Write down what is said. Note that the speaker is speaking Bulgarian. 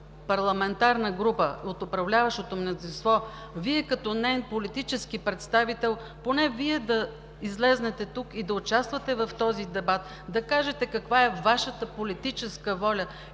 Вашата парламентарна група от управляващото мнозинство, Вие като неин политически представител, поне Вие да излезете и да участвате в този дебат, да кажете каква е Вашата политическа воля.